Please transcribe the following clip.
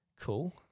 cool